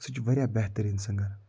سُہ چھِ واریاہ بہتریٖن سِنٛگَر